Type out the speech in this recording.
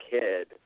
kid